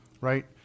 right